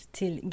till